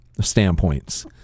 standpoints